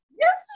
yes